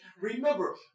Remember